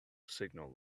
signal